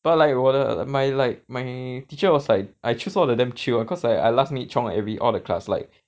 but like 我的 my like my teacher was like I choose all the damn chill [one] cause I I last minute chiong every~ all the class like